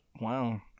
Wow